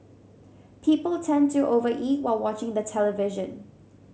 people tend to over eat while watching the television